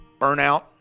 burnout